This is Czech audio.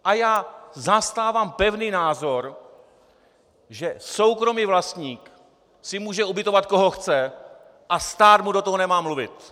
A já zastávám pevný názor, že soukromý vlastník si může ubytovat, koho chce, a stát mu do toho nemá mluvit.